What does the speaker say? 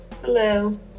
Hello